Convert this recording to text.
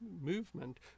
movement